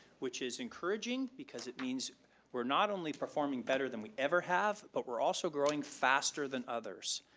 which is encouraging, because it means we're not only performing better than we ever have, but we're also growing faster than others.